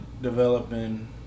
developing